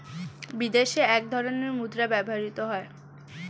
বিদেশে এক ধরনের মুদ্রা ব্যবহৃত হয়